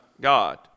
God